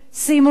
שימו לב,